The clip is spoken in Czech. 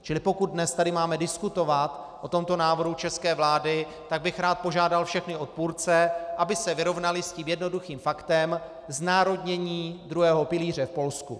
Čili pokud dnes tady máme diskutovat o tomto návrhu české vlády, tak bych rád požádal všechny odpůrce, aby se vyrovnali s tím jednoduchým faktem znárodnění druhého pilíře v Polsku.